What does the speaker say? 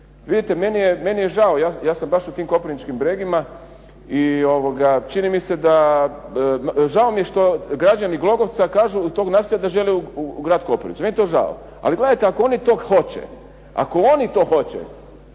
Vidite, meni je žao, ja sam baš u tim Koprivničkim Bregima i čini mi se da, žao mi je što građani Glogovci, toga naselja kažu i tog naselja da žele u grad Koprivnicu meni je to žao. Ali gledajte ako oni to hoće, ako oni to hoće,